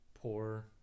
poor